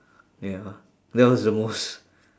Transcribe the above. ya that was the most